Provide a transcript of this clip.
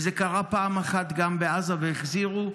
זה קרה פעם אחת גם בעזה, והחזירו.